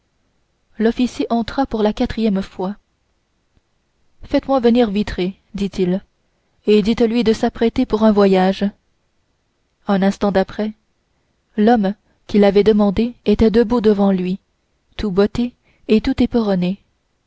l'officier entra pour la quatrième fois faites-moi venir vitray dit-il et dites-lui de s'apprêter pour un voyage un instant après l'homme qu'il avait demandé était debout devant lui tout botté et tout éperonné